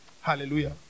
Hallelujah